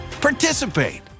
participate